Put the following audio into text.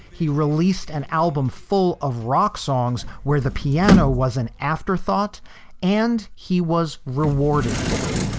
he released an album full of rock songs where the piano was an afterthought and he was rewarded for it,